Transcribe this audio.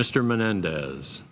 mr menendez